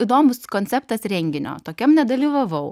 įdomus konceptas renginio tokiam nedalyvavau